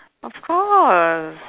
of course